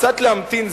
קצת להמתין,